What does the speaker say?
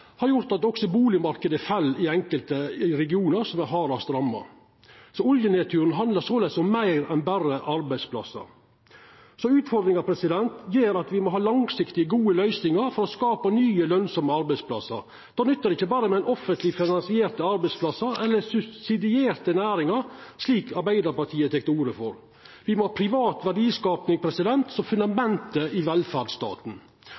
har gjort at bustadmarknaden òg fell i enkelte av regionane som er hardast ramma. Oljenedturen handlar såleis om meir enn berre arbeidsplassar. Utfordringa gjer at me må ha langsiktige gode løysingar for å skapa nye lønsame arbeidsplassar. Då nyttar det ikkje berre med offentleg finansierte arbeidsplassar eller subsidierte næringar, slik Arbeidarpartiet tek til orde for. Vi må ha privat verdiskaping som